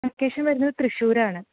location വരുന്നത് തൃശ്ശൂരാണ്